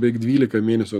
beveik dvylika mėnesių